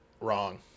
Wrong